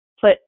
put